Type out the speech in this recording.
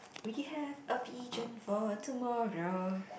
we have a vision for tomorrow